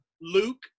Luke